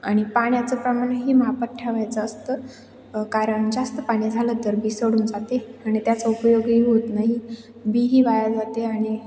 आणि पाण्याचं प्रमाणं हे मापात ठेवायचं असतं कारण जास्त पाणी झालं तर बी सडून जाते आणि त्याचा उपयोगही होत नाही बी ही वाया जाते आणि